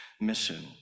Mission